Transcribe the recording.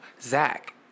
Zach